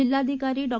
जिल्हाधिकारी डॉ